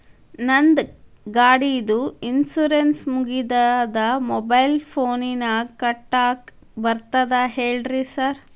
ನಂದ್ ಗಾಡಿದು ಇನ್ಶೂರೆನ್ಸ್ ಮುಗಿದದ ಮೊಬೈಲ್ ಫೋನಿನಾಗ್ ಕಟ್ಟಾಕ್ ಬರ್ತದ ಹೇಳ್ರಿ ಸಾರ್?